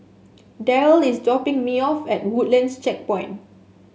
Darryll is dropping me off at Woodlands Checkpoint